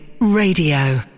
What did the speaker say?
Radio